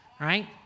right